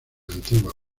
antigua